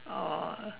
oh